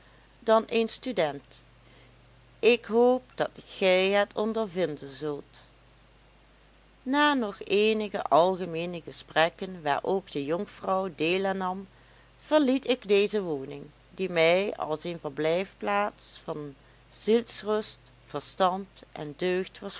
dan een student ik hoop dat gij het ondervinden zult na nog eenige algemeene gesprekken waar ook de jonkvrouw deel aan nam verliet ik deze woning die mij als een verblijfplaats van zielsrust verstand en deugd was